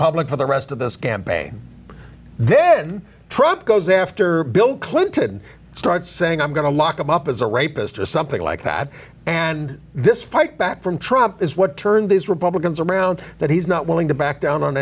public for the rest of this campaign then trump goes after bill clinton started saying i'm going to lock him up as a rapist or something like that and this fight back from trouble is what turned these republicans around that he's not willing to back down on